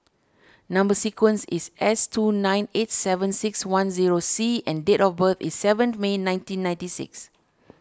Number Sequence is S two nine eight seven six one zero C and date of birth is seventh May nineteen ninety six